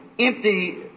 empty